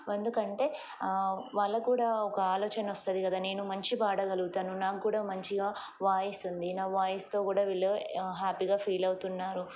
ఎందుకంటే వాళ్ళ కూడా ఒక ఆలోచన వస్తుంది కదా నేను మంచి పాడగలుగుతాను నాకుూ కూడా మంచిగా వాయిస్ ఉంది నా వాయిస్తో కూడా వీళ్ళ హ్యాపీగా ఫీల్ అవుతున్నారు